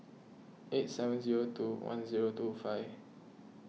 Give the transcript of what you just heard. eight seven zero two one zero two five